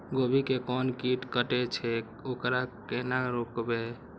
गोभी के कोन कीट कटे छे वकरा केना रोकबे?